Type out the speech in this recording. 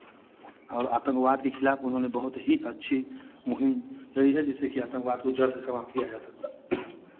और आतंकवाद के खिलाफ उन्होंने बहुत ही अच्छी मुहिम रही है जिससे कि आतंकवाद को जड़ से समाप्त किया जा सकता